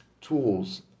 tools